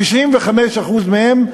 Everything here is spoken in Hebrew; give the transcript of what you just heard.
95% מהם,